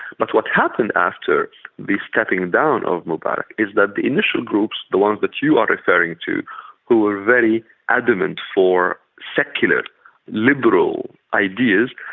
but what happened after the stepping down of mubarak is that the initial groups the ones that you are referring to who were very adamant for secular liberal ideas,